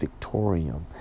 Victorium